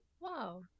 Wow